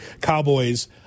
Cowboys